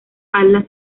alas